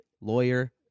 lawyer